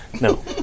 No